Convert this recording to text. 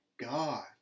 God